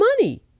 money